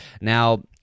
now